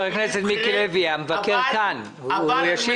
חבר הכנסת מיקי לוי, המבקר כאן, הוא ישיב.